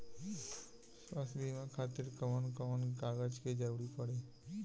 स्वास्थ्य बीमा खातिर कवन कवन कागज के जरुरत पड़ी?